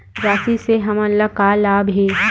राशि से हमन ला का लाभ हे?